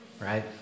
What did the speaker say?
Right